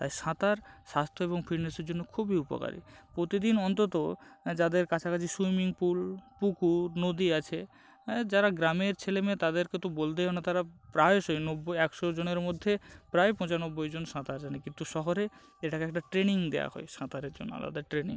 তাই সাঁতার স্বাস্থ্য এবং ফিটনেসের জন্য খুবই উপকারী প্রতিদিন অত্যন্ত যাদের কাছাকাছি সুইমিং পুল পুকুর নদী আছে হ্যাঁ যারা গ্রামের ছেলে মেয়ে তাদেরকে তো বলতেই হয় না তারা প্রায়শই নব্বই একশোজনের মধ্যে প্রায় পঁচানব্বইজন সাঁতার জানে কিন্তু শহরে এটাকে একটা ট্রেনিং দেওয়া হয় সাঁতারের জন্য আলাদা ট্রেনিং